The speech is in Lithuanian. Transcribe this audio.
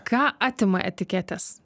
ką atima etiketės